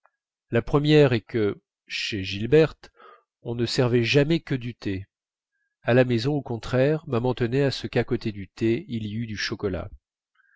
la première est que chez gilberte on ne servait jamais que du thé à la maison au contraire maman tenait à ce qu'à côté du thé il y eût du chocolat